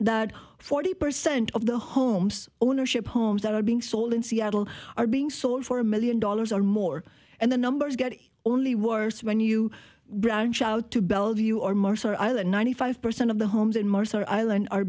that forty percent of the homes ownership homes that are being sold in seattle are being sold for a million dollars or more and the numbers get only worse when you branch out to bellevue or martyr island ninety five percent of the homes in mars are island are